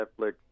Netflix